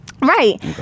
Right